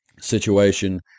situation